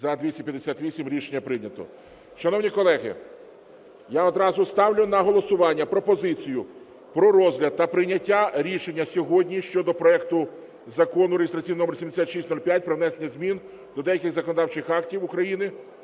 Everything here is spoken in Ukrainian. За-258 Рішення прийнято. Шановні колеги, я одразу ставлю на голосування пропозицію про розгляд та прийняття рішення сьогодні щодо проекту закону (реєстраційний номер 7605) про внесення змін до деяких законодавчих актів України